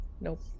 Nope